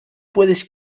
puedes